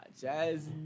Jazz